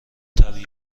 طبیعی